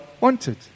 wanted